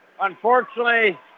unfortunately